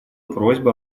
просьба